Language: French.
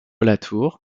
latour